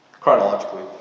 chronologically